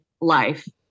life